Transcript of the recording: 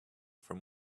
from